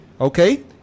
Okay